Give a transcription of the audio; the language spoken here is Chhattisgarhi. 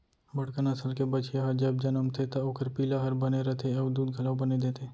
बड़का नसल के बछिया ह जब जनमथे त ओकर पिला हर बने रथे अउ दूद घलौ बने देथे